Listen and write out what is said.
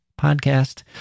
podcast